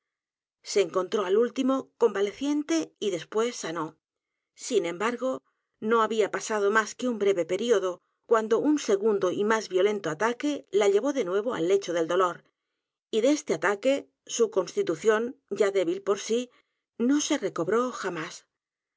se encontró al último convaleciente y después sanó sin embargo no había pasado más que un breve período cuando un segundo y más violento ataque la llevó de nuevo al lecho del dolor y de este ataque su constitución ya débil por sí no se recobró jamás